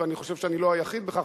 ואני חושב שאני לא היחיד בכך,